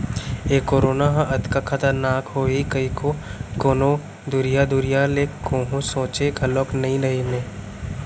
ए corona ह अतका खतरनाक होही कइको कोनों दुरिहा दुरिहा ले कोहूँ सोंचे घलौ नइ रहिन हें